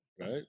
Right